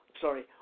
Sorry